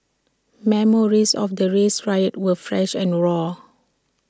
memories of the race riots were fresh and raw